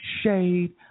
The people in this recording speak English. shade